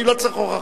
אני לא צריך הוכחה.